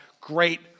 great